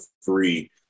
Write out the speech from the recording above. free